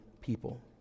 people